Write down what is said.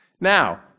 Now